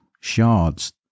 shards